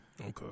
Okay